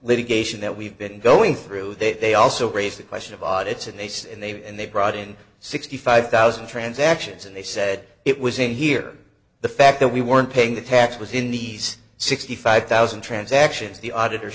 litigation that we've been going through that they also raised the question of audits an ace and they've and they brought in sixty five thousand transactions and they said it was in here the fact that we weren't paying the taxes in these sixty five thousand transactions the auditor